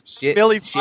Billy